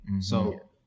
So-